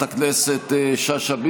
השם.